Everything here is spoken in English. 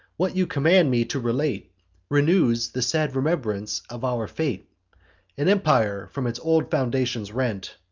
what you command me to relate renews the sad remembrance of our fate an empire from its old foundations rent,